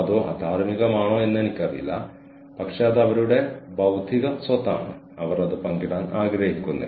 എന്നാൽ നിങ്ങൾക്കറിയാമോ നമ്മൾ പറയുന്നതെന്തും വ്യക്തമാക്കാൻ ഇത് നമ്മെ സഹായിക്കുന്നു